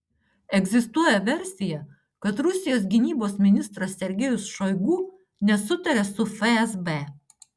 egzistuoja versija kad rusijos gynybos ministras sergejus šoigu nesutaria su fsb